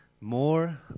more